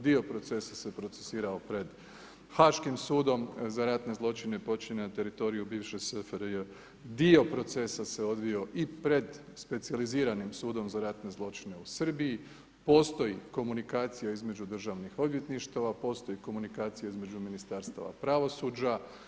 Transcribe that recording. Dio procesa se procesuirao pred Haškim sudom za ratne zločine počinjene na teritoriju bivše SFRJ, dio procesa se odvio i pred specijaliziranim sudom za ratne zločine u Srbiji, postoji komunikacija između državnih odvjetništava, postoji komunikacija između ministarstava pravosuđa.